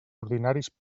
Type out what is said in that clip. ordinaris